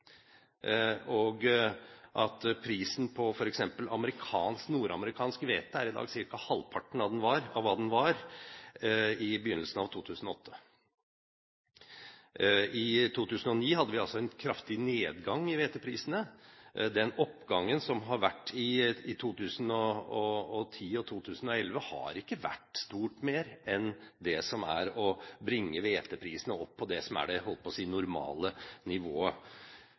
Og prisen på f.eks. nordamerikansk hvete er i dag ca. halvparten av hva den var i begynnelsen av 2008. I 2009 hadde vi en kraftig nedgang i hveteprisene. Den oppgangen som har vært i 2010 og 2011, har ikke vært stort mer enn det å bringe hveteprisene opp på det som er – jeg holdt på å si – det normale nivået.